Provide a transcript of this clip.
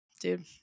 dude